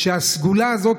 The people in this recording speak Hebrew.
שהסגולה הזאת,